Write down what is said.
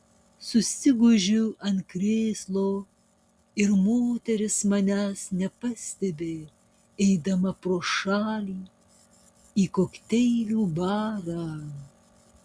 susigūžiu ant krėslo ir moteris manęs nepastebi eidama pro šalį į kokteilių barą